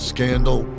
Scandal